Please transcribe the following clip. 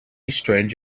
strange